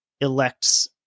elects